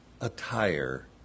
attire